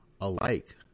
alike